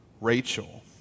Rachel